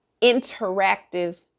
Interactive